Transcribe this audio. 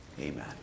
Amen